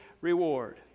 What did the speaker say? reward